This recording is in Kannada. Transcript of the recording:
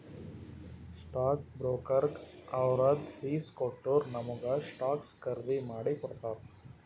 ಸ್ಟಾಕ್ ಬ್ರೋಕರ್ಗ ಅವ್ರದ್ ಫೀಸ್ ಕೊಟ್ಟೂರ್ ನಮುಗ ಸ್ಟಾಕ್ಸ್ ಖರ್ದಿ ಮಾಡಿ ಕೊಡ್ತಾರ್